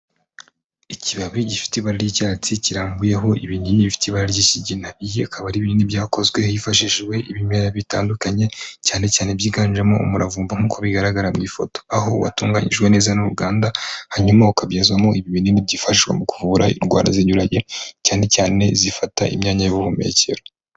Ikibabi gifite ibara ry'icyatsi kirambuyeho ibinini bifite ibara ry'ikigina, iyo akaba ari ibinini byakozwe hifashishijwe ibimera bitandukanye cyane cyane byiganjemo umuravumba nk'uko bigaragara mu ifoto, aho watunganyijwe neza n'uruganda hanyuma ukabyazwamo ibi binini byifashishwa mu kuvura indwara zinyuranye cyane cyane zifata imyanya y'ubuhumekero.